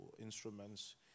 instruments